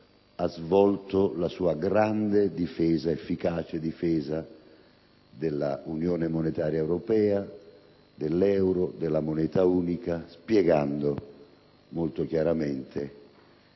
ha svolto la sua grande ed efficace difesa dell'unione monetaria europea, dell'euro, della moneta unica, spiegando molto chiaramente